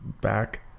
Back